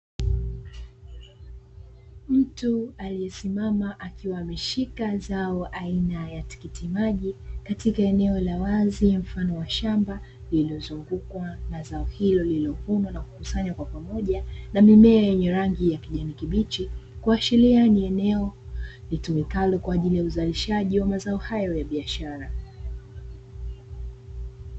Mtu aliyesimama akiwa ameshika zao aina ya tikiti maji katika eneo la wazi mfano wa shamba lililozungukwa na zao hilo lililovunwa na kukusanywa kwa pamoja na mimea yenye rangi ya kijani kibichi, kuashiria ni eneo litumikalo kwa ajili ya uzalishaji wa mazao hayo ya biashara.